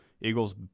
Eagles